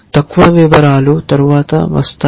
తక్కువ వివరాలు తరువాత వస్తాయి